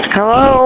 Hello